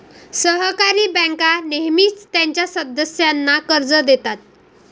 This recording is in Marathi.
सहकारी बँका नेहमीच त्यांच्या सदस्यांना कर्ज देतात